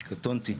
קטונתי.